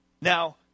Now